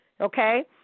Okay